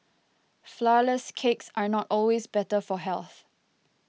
Flourless Cakes are not always better for health